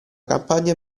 campagna